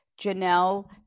Janelle